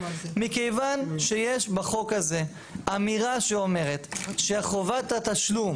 מכיוון שיש בחוק הזה אמירה שאומרת שחובת התשלום,